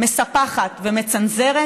מספחת ומצנזרת,